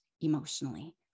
emotionally